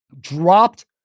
dropped